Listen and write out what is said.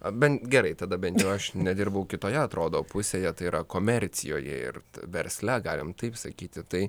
ar bent gerai tada bent jau aš nedirbau kitoje atrodo pusėje tai yra komercijoje ir versle galim taip sakyti tai